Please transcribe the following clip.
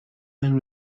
when